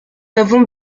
avons